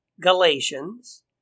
Galatians